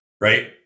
right